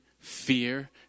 fear